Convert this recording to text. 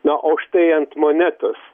na o štai ant monetos